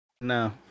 No